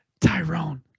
Tyrone